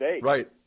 Right